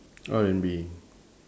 R&B